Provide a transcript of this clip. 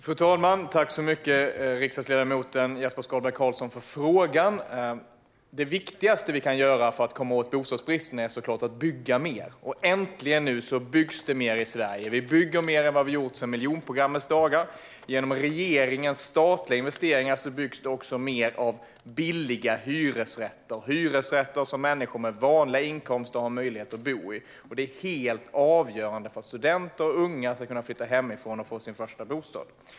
Fru talman! Tack, riksdagsledamot Jesper Skalberg Karlsson, för frågan! Det viktigaste vi kan göra för att komma åt bostadsbristen är såklart att bygga mer, och äntligen byggs det nu mer i Sverige. Vi bygger mer än vad vi gjort sedan miljonprogrammets dagar. Genom regeringens statliga investeringar byggs det också fler billiga hyresrätter som människor med vanliga inkomster har möjlighet att bo i. Det är helt avgörande för att studenter och unga ska kunna flytta hemifrån och få sin första bostad.